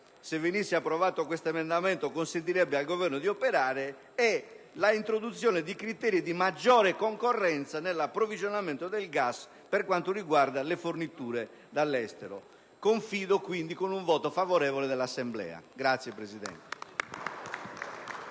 se venisse approvato l'emendamento 13.0.1, consentirebbe al Governo di operare è quello relativo all'introduzione di criteri di maggiore concorrenza nell'approvvigionamento del gas per quanto riguarda le forniture dall'estero. Confido quindi in un voto favorevole dell'Assemblea. *(Applausi